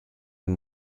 him